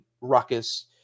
ruckus